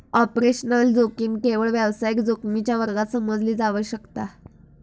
operational जोखीम केवळ व्यावसायिक जोखमीच्या वर्गात समजली जावक शकता